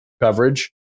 coverage